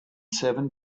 seven